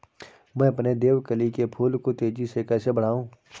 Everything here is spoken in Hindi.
मैं अपने देवकली के फूल को तेजी से कैसे बढाऊं?